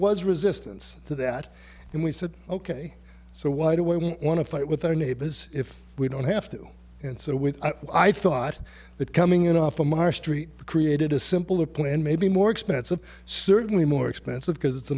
was resistance to that and we said ok so why do we want to fight with our neighbors if we don't have to and so when i thought that coming in off from our street created a simpler plan may be more expensive certainly more expensive because it's a